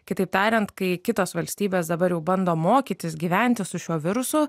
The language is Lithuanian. kitaip tariant kai kitos valstybės dabar jau bando mokytis gyventi su šiuo virusu